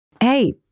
Hey